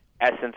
Essence